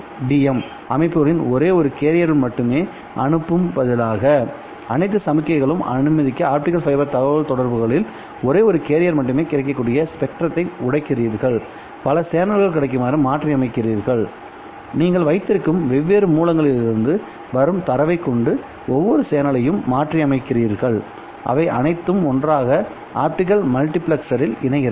WDM அமைப்புகளின் ஒரே ஒரு கேரியர் மட்டுமே அனுப்பும் பதிலாக அனைத்து சமிக்ஞைகளும் அனுமதிக்க ஆப்டிகல் ஃபைபர் தகவல்தொடர்புகளில் ஒரே ஒரு கேரியர் மட்டுமே கிடைக்கக்கூடிய ஸ்பெக்ட்ரத்தை உடைக்கிறீர்கள் பல சேனல்கள் கிடைக்குமாறு மாற்றியமைக்கிறீர்கள் நீங்கள் வைத்திருக்கும் வெவ்வேறு மூலங்களிலிருந்து வரும் தரவைக் கொண்டு ஒவ்வொரு சேனலையும் மாற்றியமைக்கிறீர்கள் அவை அனைத்தும் ஒன்றாக ஆப்டிகல் மல்டிபிளெக்சரில் இணைகிறது